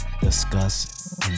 discuss